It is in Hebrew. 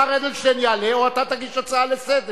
השר אדלשטיין יעלה או אתה תגיש הצעה לסדר.